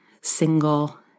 single